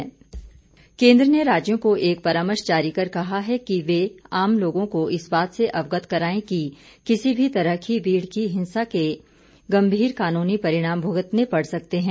कें द्र केंद्र ने राज्यों को एक परामर्श जारी कर कहा है कि वे आम लोगों को इस बात से अवगत कराएं कि किसी भी तरह की भीड़ की हिंसा के गंभीर कानूनी परिणाम भूगतने पड़ सकते हैं